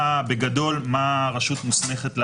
בגדול, מה הרשות מוסמכת לעשות?